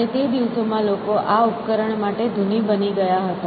અને તે દિવસોમાં લોકો આ ઉપકરણ માટે ધૂની બની ગયા હતા